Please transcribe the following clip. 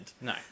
No